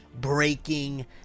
breaking